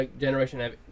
generation